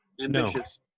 Ambitious